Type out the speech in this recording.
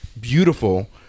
beautiful